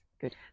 Good